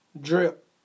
Drip